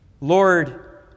Lord